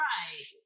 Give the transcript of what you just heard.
Right